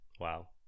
wow